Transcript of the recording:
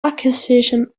acquisition